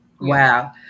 wow